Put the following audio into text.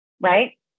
Right